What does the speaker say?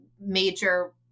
major